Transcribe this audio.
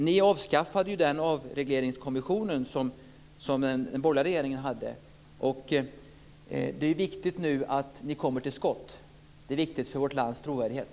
Ni avskaffade den avregleringskommission som den borgerliga regeringen hade. Det är viktigt att ni nu kommer till skott. Det är viktigt för vårt lands trovärdighet.